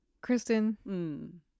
Kristen